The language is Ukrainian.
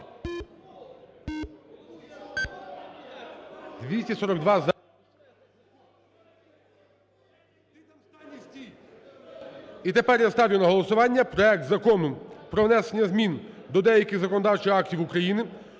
Отже, я ставлю на голосування проект Закону про внесення змін до деяких законодавчих актів України